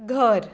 घर